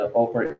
offer